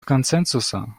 консенсуса